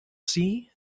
see